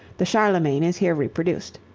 the charlemagne is here reproduced.